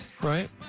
right